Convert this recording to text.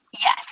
Yes